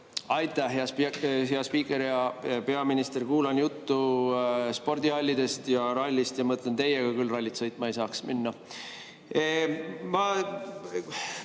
Aitäh, hea spiiker! Hea peaminister! Kuulan juttu spordihallidest ja rallist ja mõtlen: teiega küll rallit sõitma ei saaks minna.